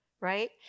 right